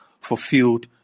fulfilled